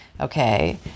Okay